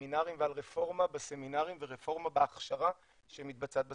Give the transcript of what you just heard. הסמינרים ועל רפורמה בסמינרים ורפורמה בהכשרה שמתבצעת בסמינרים.